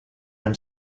been